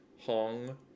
Hong